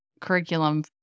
curriculum